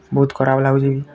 ବହୁତ୍ ଖରାପ୍ ଲାଗୁଛେ